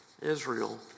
Israel